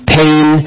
pain